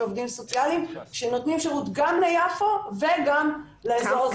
עובדים סוציאליים שנותנים שירות גם ליפו וגם לאזור הזה.